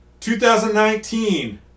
2019